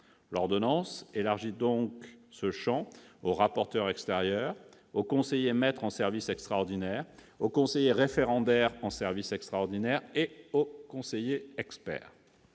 L'ordonnance élargit donc ce champ aux rapporteurs extérieurs, aux conseillers maîtres en service extraordinaire, aux conseillers référendaires en service extraordinaire et aux conseillers-experts.